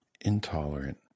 intolerant